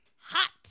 Hot